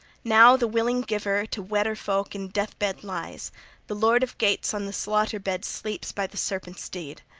now the willing-giver to weder folk in death-bed lies the lord of geats on the slaughter-bed sleeps by the serpent's deed!